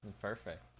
Perfect